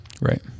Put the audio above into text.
Right